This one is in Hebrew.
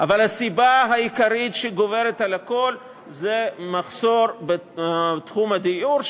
אבל הסיבה העיקרית שגוברת על הכול זה מחסור בתחום הדיור,